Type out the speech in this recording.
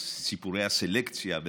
סיפורי הסלקציה,